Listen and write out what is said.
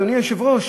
אדוני היושב-ראש,